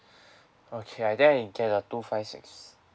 okay I then and get a two five six